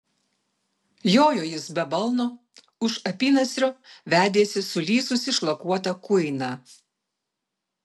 jojo jis be balno už apynasrio vedėsi sulysusį šlakuotą kuiną